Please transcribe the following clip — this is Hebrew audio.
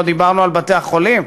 לא דיברנו על בתי-החולים,